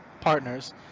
partners